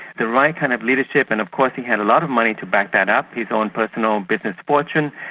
the right kind of leadership, and of course he had a lot of money to back that up, his own personal business fortune,